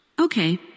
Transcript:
Okay